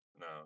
No